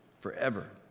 Forever